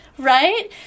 Right